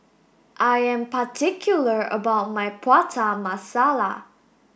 I am particular about my Prata Masala